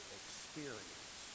experience